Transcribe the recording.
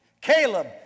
Caleb